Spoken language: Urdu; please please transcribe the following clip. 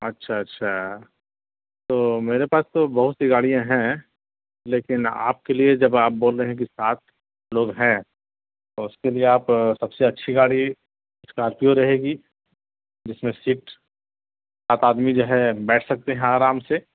اچھا اچھا تو میرے پاس تو بہت سی گاڑیاں ہیں لیکن آپ کے لیے جب آپ بول رہے ہیں کہ سات لوگ ہیں تو اس کے لیے آپ سب سے اچھی گاڑی اسکارپیو رہے گی جس میں سیٹ سات آدمی جو ہے بیٹھ سکتے ہیں آرام سے